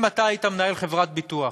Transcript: אם אתה היית מנהל חברת ביטוח